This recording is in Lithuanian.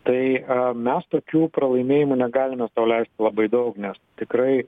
tai mes tokių pralaimėjimų negalime sau leisti labai daug nes tikrai